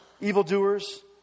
evildoers